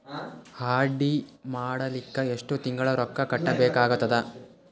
RD ಮಾಡಲಿಕ್ಕ ಎಷ್ಟು ತಿಂಗಳ ರೊಕ್ಕ ಕಟ್ಟಬೇಕಾಗತದ?